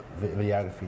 videography